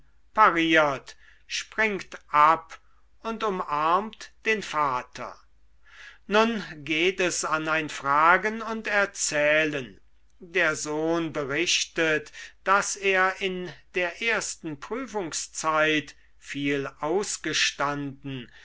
pariert springt ab und umarmt den vater nun geht es an ein fragen und erzählen der sohn berichtet daß er in der ersten prüfungszeit viel ausgestanden